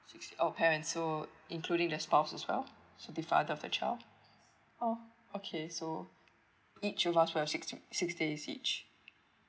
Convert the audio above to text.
six oh parents so including the spouse as well so the father of the child oh okay so each of us will have six~ six day each